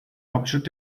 hauptstadt